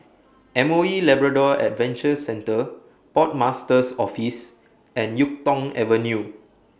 M O E Labrador Adventure Centre Port Master's Office and Yuk Tong Avenue